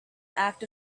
act